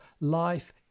life